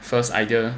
first idea